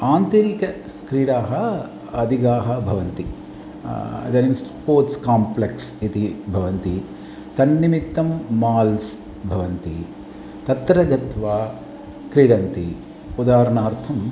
आन्तरिकक्रीडाः अधिकाः भवन्ति इदानीं स्पोर्ट्स् काम्प्लेक्स् इति भवन्ति तन्निमित्तं माल्स् भवन्ति तत्र गत्वा क्रीडन्ति उदाहरणार्थम्